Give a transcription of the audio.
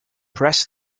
press